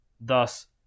Thus